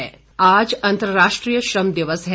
श्रम दिवस आज अंतर्राष्ट्रीय श्रम दिवस है